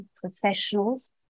professionals